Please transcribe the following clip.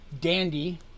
Dandy